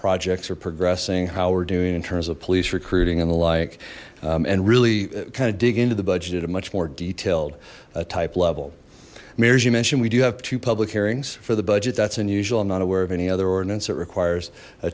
projects are progressing how we're doing in terms of police recruiting and the like and really kind of dig into the budgeted a much more detailed a type level mayor as you mentioned we do have two public hearings for the budget that's unusual i'm not aware of any other ordinance that requires